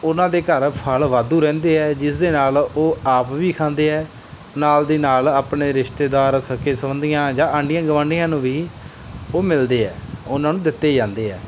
ਉਹਨਾਂ ਦੇ ਘਰ ਫਲ ਵਾਧੂ ਰਹਿੰਦੇ ਹੈ ਜਿਸ ਦੇ ਨਾਲ ਉਹ ਆਪ ਵੀ ਖਾਂਦੇ ਹੈ ਨਾਲ ਦੀ ਨਾਲ ਆਪਣੇ ਰਿਸ਼ਤੇਦਾਰ ਸਕੇ ਸੰਬੰਧੀਆਂ ਜਾਂ ਆਂਢੀਆਂ ਗਵਾਂਢੀਆਂ ਨੂੰ ਵੀ ਉਹ ਮਿਲਦੇ ਹੈ ਉਹਨਾਂ ਨੂੰ ਦਿੱਤੇ ਜਾਂਦੇ ਹੈ